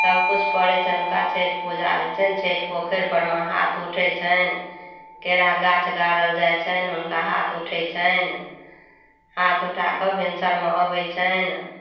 सभ किछु परै छनि हुनका छठि पूजा होइ छनि छठि पोखरि परमे हाथ उठै छनि केरा गाछ गाड़ल जाइ छनि हुनका हाथ उठै छनि हाथ उठाकऽ भिनसरमे अबै छनि